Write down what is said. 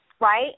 right